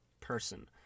person